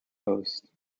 post